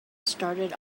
started